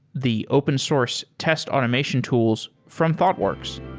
the open source test automation tools from thoughtworks